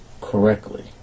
correctly